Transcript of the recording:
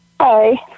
hi